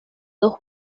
dos